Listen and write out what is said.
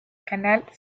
canal